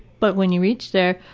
but when you reach there,